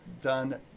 done